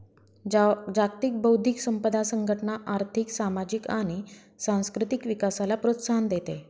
जागतिक बौद्धिक संपदा संघटना आर्थिक, सामाजिक आणि सांस्कृतिक विकासाला प्रोत्साहन देते